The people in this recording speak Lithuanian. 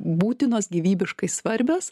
būtinos gyvybiškai svarbios